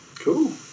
Cool